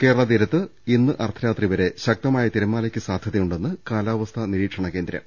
കേരളതീരത്ത് ഇന്ന് അർധരാത്രിവരെ ശക്തമായ തിരമാലയ്ക്ക് സാധ്യതയുണ്ടെന്ന് കാലാവസ്ഥാ നിരീക്ഷണകേന്ദ്രം